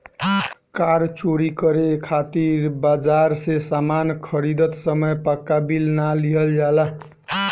कार चोरी करे खातिर बाजार से सामान खरीदत समय पाक्का बिल ना लिहल जाला